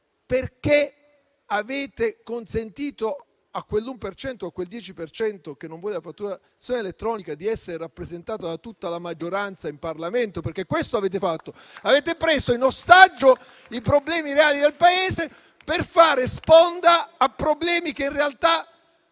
Perché avete consentito a quel 10 per cento che non vuole la fatturazione elettronica di essere rappresentato da tutta la maggioranza in Parlamento? È proprio questo che avete fatto: avete preso in ostaggio i problemi reali del Paese per fare sponda a problemi che in realtà